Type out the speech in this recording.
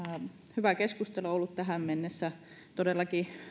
hyvää keskustelua on ollut tähän mennessä työelämä todellakin